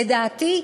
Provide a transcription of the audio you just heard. לדעתי,